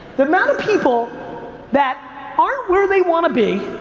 the amount of people that aren't where they want to be